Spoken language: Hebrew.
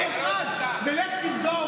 לך תבדוק,